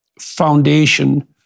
foundation